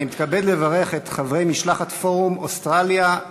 אני מתכבד לברך את חברי משלחת פורום אוסטרליה-בריטניה,